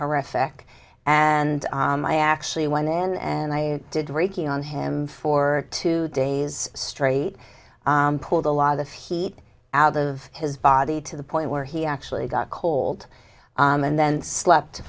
horrific and i actually won then and i did reiki on him for two days straight and pulled a lot of the feet out of his body to the point where he actually got cold and then slept